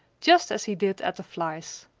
just as he did at the flies.